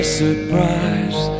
surprise